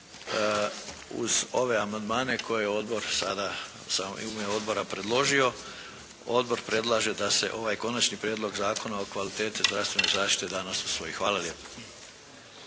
uz ove amandmane koje odbor, koje sam u ime odbora predložio, odbor predlaže da se ovaj konačni prijedlog zakona o kvaliteti zdravstvene zaštite danas usvoji. Hvala lijepo.